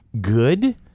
good